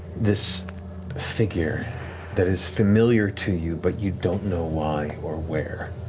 this figure that is familiar to you, but you don't know why or where,